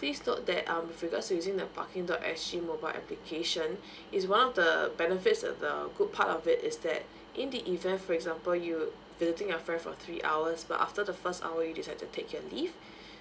please told that um with regards to using the parking dot S G mobile application is one of the benefits the the good part of it is that in the event for example you visiting your friend for three hours but after the first hour you decide to take your leave